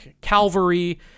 Calvary